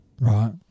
Right